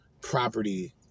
property